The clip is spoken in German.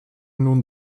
nun